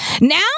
Now